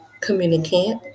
communicate